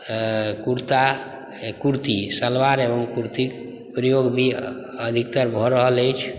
कुरता कुरती सलवार एवम कुरती प्रयोग भी अधिकतर भऽ रहल अछि